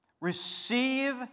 Receive